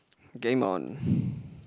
getting my own